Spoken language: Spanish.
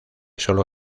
sólo